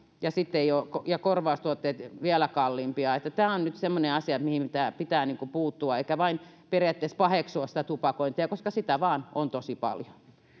ja korvaustuotteet vielä kalliimpia tämä on nyt semmoinen asia mihin pitää puuttua eikä vain periaatteessa paheksua sitä tupakointia koska sitä vain on tosi paljon